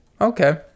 Okay